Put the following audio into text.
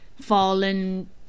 fallen